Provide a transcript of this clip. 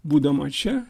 būdama čia